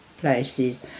places